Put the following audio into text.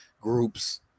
groups